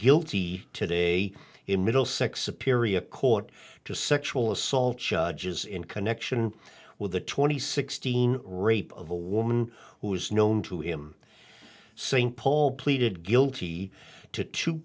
guilty today in middlesex a period court to sexual assault charges in connection with the twenty sixteen rape of a woman who is known to him st paul pleaded guilty to